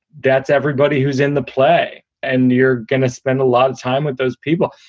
that's everybody who's in the play. and you're gonna spend a lot of time with those people.